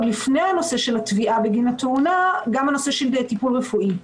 עוד לפני הנושא של התביעה בגין התאונה אלא באשר לטיפול רפואי.